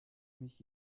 mich